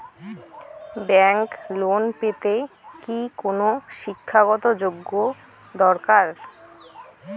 Bank loan পেতে কি কোনো শিক্ষা গত যোগ্য দরকার?